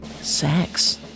sex